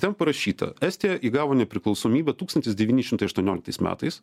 ten parašyta estija įgavo nepriklausomybę tūkstantis devyni šimtai aštuonioliktais metais